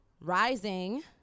rising